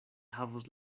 havos